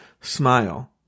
smile